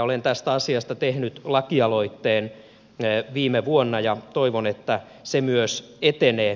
olen tästä asiasta tehnyt lakialoitteen viime vuonna ja toivon että se myös etenee